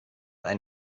ein